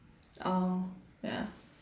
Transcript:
oh ya